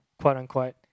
quote-unquote